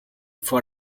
for